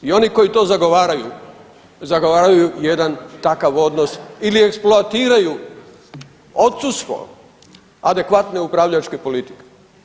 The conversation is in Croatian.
I oni koji to zagovaraju, zagovaraju jedan takav odnos ili eksploatiraju odsustvo adekvatne upravljačke politike.